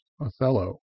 Othello